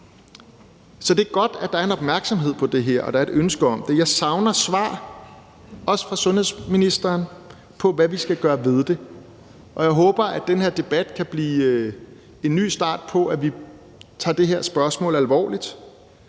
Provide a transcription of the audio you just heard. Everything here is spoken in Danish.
Så det er godt, at der er en opmærksomhed på det her, og at der er et ønske om det. Jeg savner dog et svar, også fra sundhedsministeren, på, hvad vi skal gøre ved det, og jeg håber, at den her debat kan blive en ny start på, at vi tager det her spørgsmål alvorligt.